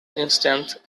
instance